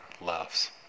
loves